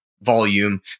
volume